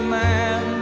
man